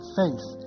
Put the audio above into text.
faith